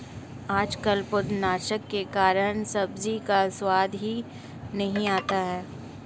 आजकल पौधनाशक के कारण सब्जी का स्वाद ही नहीं आता है